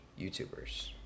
YouTubers